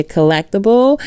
Collectible